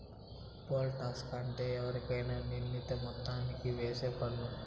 pole tax అంటే ఎవరికైనా నిర్ణీత మొత్తానికి ఏసే పన్ను